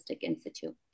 Institute